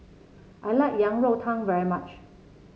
I like Yang Rou Tang very much